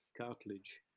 cartilage